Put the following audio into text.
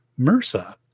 MRSA